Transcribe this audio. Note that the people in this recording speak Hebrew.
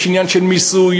יש עניין של מיסוי,